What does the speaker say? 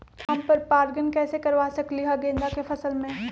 हम पर पारगन कैसे करवा सकली ह गेंदा के फसल में?